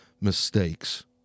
mistakes